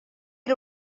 era